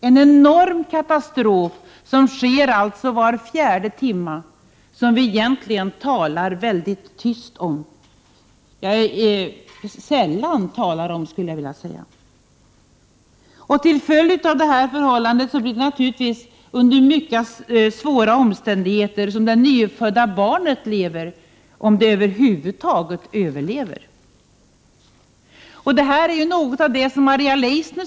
En enorm katastrof sker alltså var fjärde timme, något som vi egentligen väldigt tyst — för att inte säga sällan — talar om. Som en följd därav lever det nyfödda barnet under mycket svåra omständigheter, om det nu över huvud taget överlever. Det här berörde Maria Leissner något tidigare.